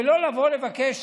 ולא לבוא לבקש